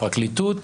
פרקליטות,